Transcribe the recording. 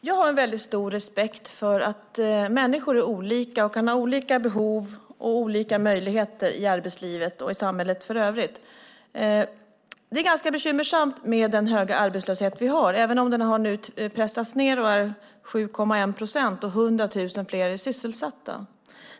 Herr talman! Jag har stor respekt för att människor är olika och kan ha olika behov och olika möjligheter i arbetslivet och samhället i övrigt. Det är ganska bekymmersamt med den höga arbetslöshet vi har, även om den har pressats ned och nu är 7,1 procent och 100 000 fler är sysselsatta.